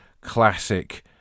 classic